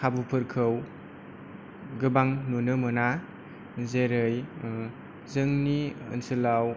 खाबुफोरखौ गोबां नुनो मोना जेरै जोंनि ओनसोलाव